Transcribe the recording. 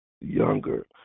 younger